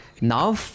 Now